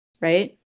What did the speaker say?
right